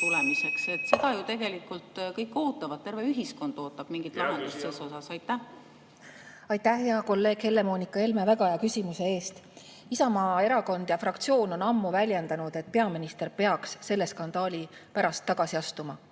väljatulemiseks? Seda ju tegelikult kõik ootavad, terve ühiskond ootab mingit lahendust selles osas. Aitäh, hea kolleeg Helle-Moonika Helme, väga hea küsimuse eest! Isamaa Erakond ja fraktsioon on ammu väljendanud, et peaminister peaks selle skandaali pärast tagasi astuma.